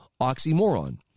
oxymoron